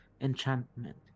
enchantment